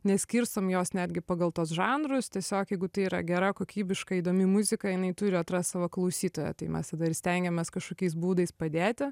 neskirstom jos netgi pagal tuos žanrus tiesiog jeigu tai yra gera kokybiška įdomi muzika jinai turi atrast savo klausytoją tai mes tada ir stengiamės kažkokiais būdais padėti